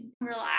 relax